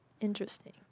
interesting